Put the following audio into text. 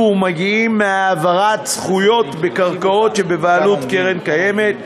ומגיעים מהעברת זכויות בקרקעות שבבעלות קרן קיימת,